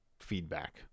feedback